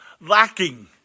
lacking